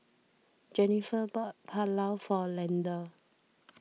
Jenifer bought Pulao for Leander